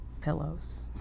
pillows